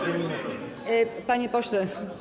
Panie pośle.